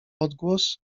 odgłos